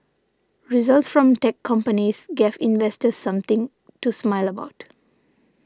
results from tech companies gave investors something to smile about